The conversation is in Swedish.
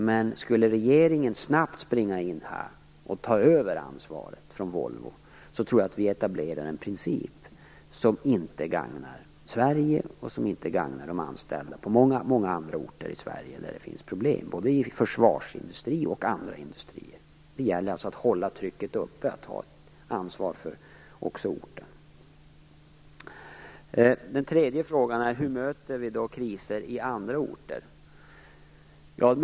Men skulle regeringen här snabbt springa in och ta över ansvaret från Volvo tror jag att vi etablerar en princip som inte gagnar vare sig Sverige eller de anställda på många andra orter i Sverige där det finns problem - det kan gälla både försvarsindustri och andra industrier. Det gäller alltså att hålla trycket uppe, att ha ett ansvar för orten. Den tredje frågan var: Hur möter vi kriser på andra orter?